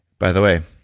by the way,